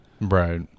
Right